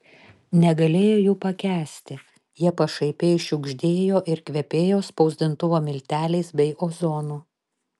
negalėjo jų pakęsti jie pašaipiai šiugždėjo ir kvepėjo spausdintuvo milteliais bei ozonu